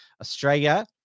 australia